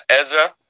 Ezra